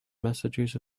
messages